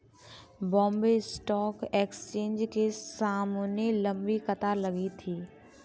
Bombay stock exchange के सामने लंबी कतार लगी थी